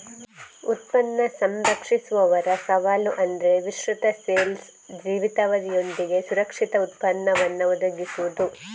ಉತ್ಪನ್ನ ಸಂಸ್ಕರಿಸುವವರ ಸವಾಲು ಅಂದ್ರೆ ವಿಸ್ತೃತ ಶೆಲ್ಫ್ ಜೀವಿತಾವಧಿಯೊಂದಿಗೆ ಸುರಕ್ಷಿತ ಉತ್ಪನ್ನವನ್ನ ಒದಗಿಸುದು